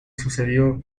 sucedió